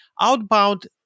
Outbound